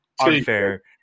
unfair